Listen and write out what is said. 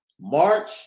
March